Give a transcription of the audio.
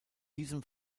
diesem